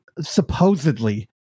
supposedly